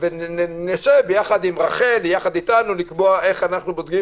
שנשב יחד עם רח"ל, לקבוע איך אנו קובעים